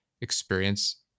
experience